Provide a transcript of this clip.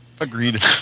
Agreed